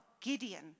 Gideon